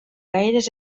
gaires